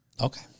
Okay